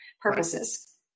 purposes